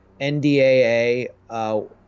NDAA